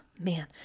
man